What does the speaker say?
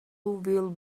will